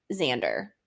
xander